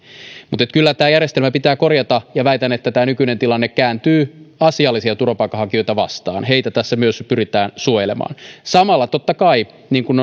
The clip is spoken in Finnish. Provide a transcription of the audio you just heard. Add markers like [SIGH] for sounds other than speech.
mutta kyllä tämä järjestelmä pitää korjata ja väitän että tämä nykyinen tilanne kääntyy asiallisia turvapaikanhakijoita vastaan heitä tässä myös pyritään suojelemaan samalla totta kai niin kuin [UNINTELLIGIBLE]